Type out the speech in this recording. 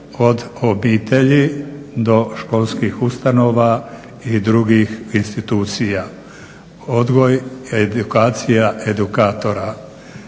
od obitelji, do školskih ustanova i drugih institucija, odgoj, edukacija edukatora,